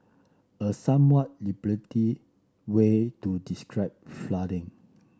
a somewhat liberty way to describe flooding